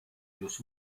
los